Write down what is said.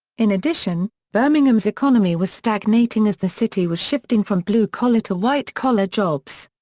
in addition, birmingham's economy was stagnating as the city was shifting from blue collar to white collar jobs.